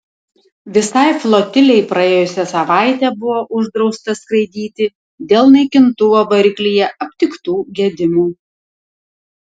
visai flotilei praėjusią savaitę buvo uždrausta skraidyti dėl naikintuvo variklyje aptiktų gedimų